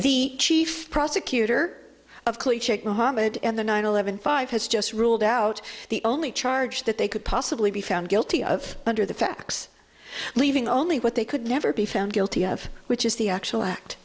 the chief prosecutor of mohammed and the nine eleven five has just ruled out the only charge that they could possibly be found guilty of under the facts leaving only what they could never be found guilty of which is the actual act